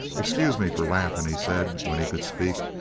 excuse me for laughing, he said when he could speak,